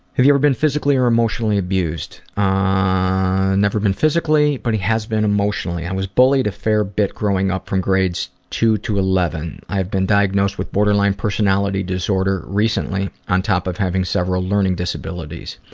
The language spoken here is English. have you ever been physically or emotionally abused? ah never been physically, but he has been emotionally. i was bullied a fair bit growing up from grades two to eleven. i've been diagnosed with borderline personality disorder recently on top of having several learning disabilities.